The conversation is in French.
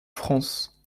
france